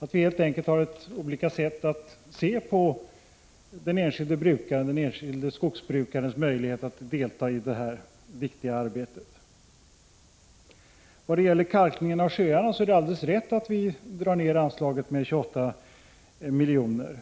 Vi kan helt enkelt ha olika sätt att se på den enskilde skogsbrukarens möjligheter att delta i detta viktiga arbete. Vad gäller kalkningen av sjöar är det alldeles riktigt att vi vill dra ner anslaget med 28 miljoner.